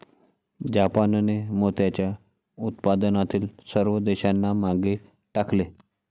जापानने मोत्याच्या उत्पादनातील सर्व देशांना मागे टाकले